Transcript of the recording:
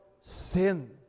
sin